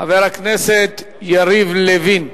חבר הכנסת יריב לוין.